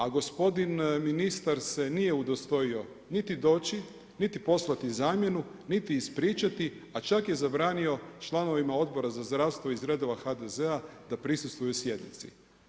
A gospodin ministar se nije udostojio niti doći, niti poslati zamjenu, niti ispričati, a čak je zabranio članovima Odbora za zdravstvo iz redova HDZ-a da prisustvuju sjednici.